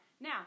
Now